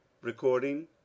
Recording